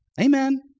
Amen